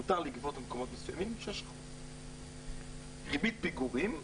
מותר לגבות במקומות מסוימים 6%. ריבית פיגורים,